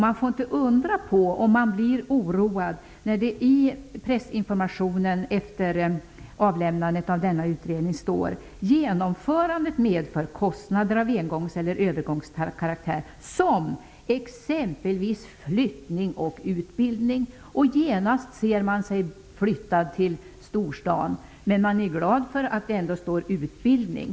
Man får inte undra om människor blir oroade när det i pressinformationen efter avlämnandet av utredningen står: Genomförandet medför kostnader av engångs eller övergångskaraktär som exempelvis flyttning och utbildning. Genast ser de sig flyttade till storstan. Men de är ändå glada för att det talas om utbildning.